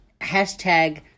hashtag